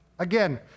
Again